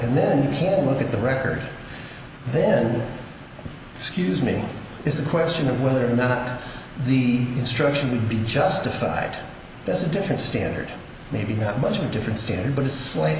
and then you can look at the record then excuse me is a question of whether or not the instruction would be justified there's a different standard maybe not much different standard but it's like